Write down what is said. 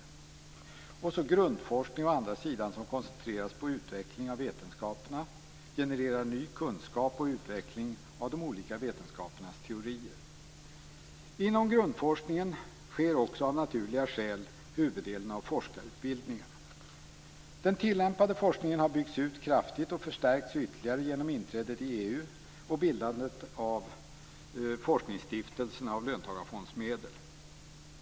Den andra är grundforskning som koncentreras på utveckling av vetenskaperna och genererar ny kunskap och utveckling av de olika vetenskapernas teorier. Inom grundforskningen sker också av naturliga skäl huvuddelen av forskarutbildningen. Den tillämpade forskningen har byggts ut kraftigt och förstärkts ytterligare genom inträdet i EU och bildandet av forskningsstiftelserna av löntagarfondsmedel.